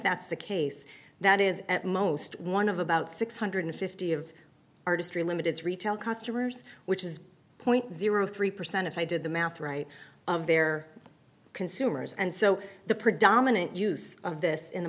that's the case that is at most one of about six hundred fifty of artistry limited's retail customers which is point zero three percent if i did the math right of their consumers and so the predominant use of this in the